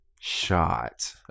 shot